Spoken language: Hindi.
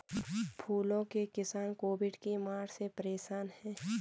फूलों के किसान कोविड की मार से परेशान है